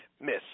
miss